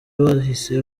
bahise